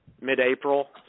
mid-April